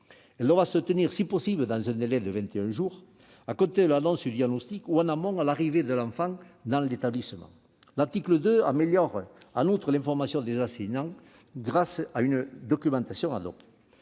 Elle devra se tenir si possible dans un délai de vingt et un jours à compter de l'annonce du diagnostic ou en amont de l'arrivée de l'enfant dans l'établissement. L'article 2 améliore en outre l'information des enseignants grâce à une documentation.